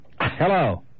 Hello